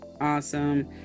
Awesome